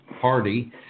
party